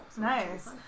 Nice